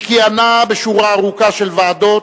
היא כיהנה בשורה ארוכה של ועדות,